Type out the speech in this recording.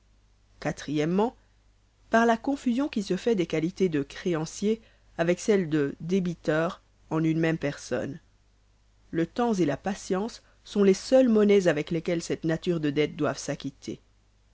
o par la confusion qui se fait des qualités de créancier avec celle de débiteur en une même personne le temps et la patience sont les seules monnaies avec lesquelles cette nature de dette doive s'acquitter